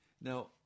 Now